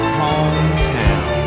hometown